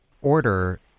order